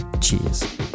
cheers